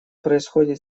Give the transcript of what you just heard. происходит